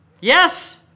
Yes